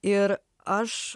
ir aš